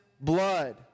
blood